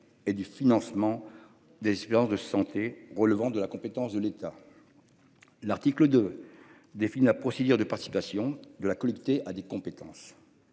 et du financement des espérances de santé relevant de la compétence de l'État. L'article de des la procédure de participation de la collecter à des compétences.